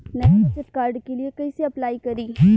नया बचत कार्ड के लिए कइसे अपलाई करी?